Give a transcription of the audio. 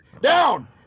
down